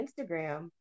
Instagram